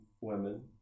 women